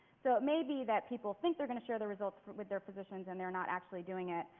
so it may be that people think they're going to share the results with their physicians and they're not actually doing it.